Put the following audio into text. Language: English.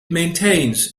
maintains